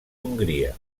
hongria